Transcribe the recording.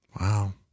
Wow